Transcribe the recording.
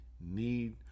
need